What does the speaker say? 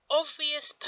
obvious